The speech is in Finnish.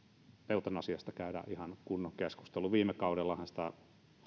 eutanasiasta käydä ihan kunnon keskustelu viime kaudellahan sitä